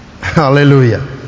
Hallelujah